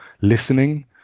listening